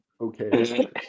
Okay